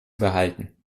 behalten